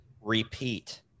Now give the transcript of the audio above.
repeat